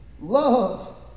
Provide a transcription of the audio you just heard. love